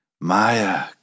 Maya